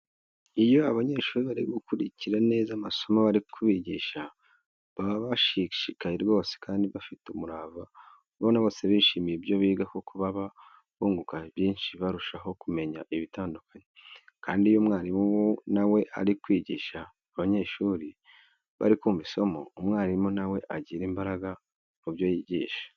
Iyo abanyeshuri bari gukurikira neza amasomo bari kubigisha, baba bashishikaye rwose kandi bafite umurava ubona bose bishimiye ibyo biga kuko baba bunguka byinshi barushaho kumenya ibitandukanye. Kandi iyo umwarimu na we ari kwigisha abanyeshuri bari kumva isomo, umwarimu na we agira imbaraga mu byo yigisha.